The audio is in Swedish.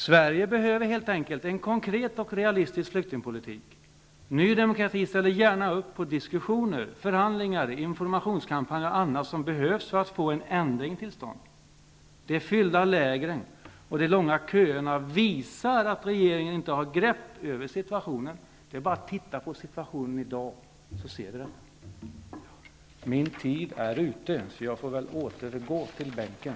Sverige behöver helt enkelt en konkret och realistisk flyktingpolitik. Ny demokrati ställer gärna upp på diskussioner, förhandlingar, informationskampanjer och annat som behövs för att få en ändring till stånd. De fyllda lägren och de långa köerna visar att regeringen inte har grepp över situationen. Det är bara att titta på situationen i dag, så ser vi den. Min taltid är ute, så jag får väl återgå till bänken.